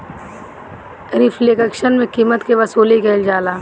reflection में कीमत के वसूली कईल जाला